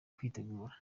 kwitegura